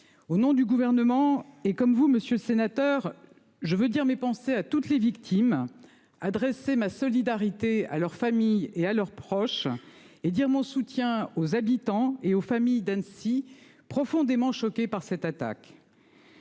au nom du gouvernement et comme vous Monsieur sénateur. Je veux dire mais pensez à toutes les victimes. Ma solidarité à leurs familles et à leurs proches et dire mon soutien aux habitants et aux familles d'Annecy profondément choqué par cette attaque.